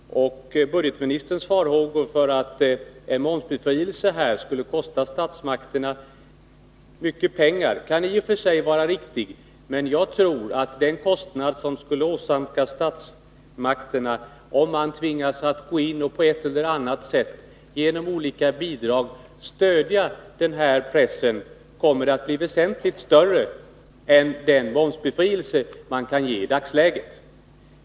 Budgetministerns farhågor för att en momsbefrielse skulle kosta statsmakterna mycket pengar kan i och för sig vara riktiga. Men jag tror att den kostnad som skulle åsamkas statsmakterna om man tvingas gå in på ett eller annat sätt och genom olika bidrag stödja denna press, kommer att bli väsentligt större än kostnaden för den momsbefrielse man kan ge i dagsläget.